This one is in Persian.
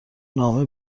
نامه